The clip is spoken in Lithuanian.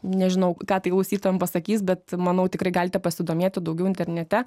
nežinau ką tai klausytojam pasakys bet manau tikrai galite pasidomėti daugiau internete